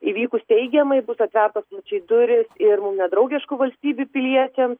įvykus teigiamai bus atvertos plačiai durys ir mum nedraugiškų valstybių piliečiams